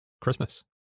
Christmas